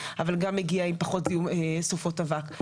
אבל גם מגיע עם פחות זיהום סופות אבק.